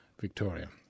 Victoria